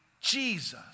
Jesus